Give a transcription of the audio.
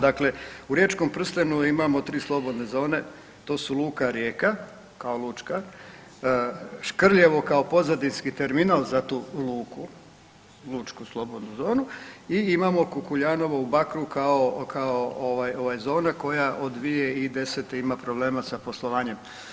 Dakle, u riječkom prstenu imamo 3 slobodne zone, to su Luka Rijeka kao lučka, Škrljevo kao pozadinski terminal za tu luku Lučku slobodnu zonu i imamo Kukuljanovo u Bakru kao, kao ovaj, ovaj zona koja od 2010. ima problema sa poslovanjem.